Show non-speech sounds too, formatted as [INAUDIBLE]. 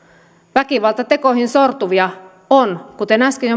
väkivaltatekoihin sortuvia on kuten äsken [UNINTELLIGIBLE]